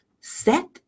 set